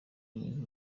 mwiza